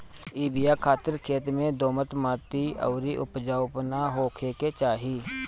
इ बिया खातिर खेत में दोमट माटी अउरी उपजाऊपना होखे के चाही